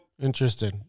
interesting